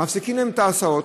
מפסיקים להם את ההסעות.